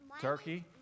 Turkey